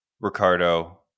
Ricardo